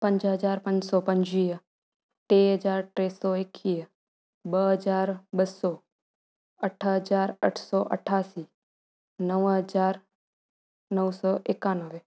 पंज हज़ार पंज सौ पंजवीह टे हज़ार टे सौ एकवीह ॿ हज़ार ॿ सौ अठ हज़ार अठ सौ अठासी नव हज़ार नव सौ एकानवे